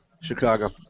Chicago